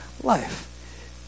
life